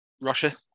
Russia